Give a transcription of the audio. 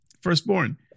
Firstborn